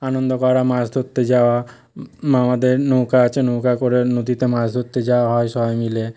আনন্দ করা মাছ ধরতে যাওয়া মামাদের নৌকা আছে নৌকা করে নদীতে মাছ ধত্তে যাওয়া হয় সবাই মিলে